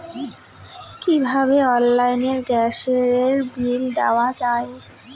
কিভাবে অনলাইনে গ্যাসের বিল দেওয়া যায়?